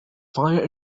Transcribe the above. fire